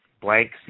blank